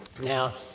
Now